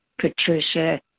Patricia